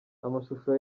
amashusho